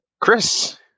Chris